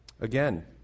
Again